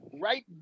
right